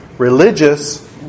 religious